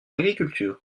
l’agriculture